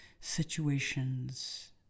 situations